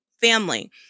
family